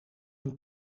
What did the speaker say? een